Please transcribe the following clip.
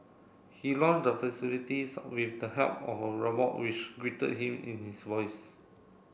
he launched the facilities with the help of a robot which greeted him in his voice